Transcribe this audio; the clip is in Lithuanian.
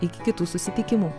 iki kitų susitikimų